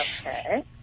Okay